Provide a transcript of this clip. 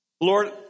Lord